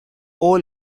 all